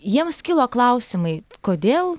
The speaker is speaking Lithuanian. jiems kilo klausimai kodėl